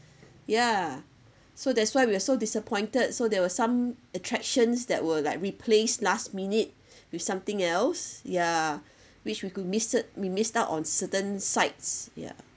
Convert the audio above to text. ya so that's why we are so disappointed so there were some attractions that were like replaced last minute with something else ya which we could missed we missed out on certain sites ya